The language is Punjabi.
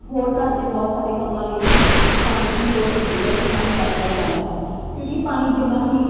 ਹੋਰ ਘਰ ਦੇ ਬਹੁਤ ਸਾਰੇ ਕੰਮਾਂ ਲਈ ਵੀ ਇਹ ਪਾਣੀ ਦੀ ਲੋੜ ਹੁੰਦੀ ਹੈ ਅਤੇ ਪਾਣੀ ਵਰਤਿਆ ਜਾਂਦਾ ਹੈ ਕਿਉਂਕਿ ਪਾਣੀ ਜਿੰਨਾ ਹੀ